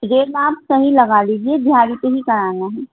rate آپ صحیح لگا لیجیے دیہاڑی پہ ہی کرانا ہے